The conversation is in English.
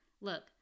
Look